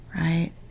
right